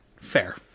Fair